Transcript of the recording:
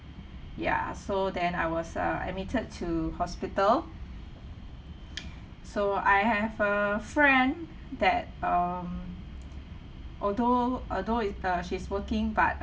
ya so then I was uh admitted to hospital so I have a friend that um although although is uh she's working but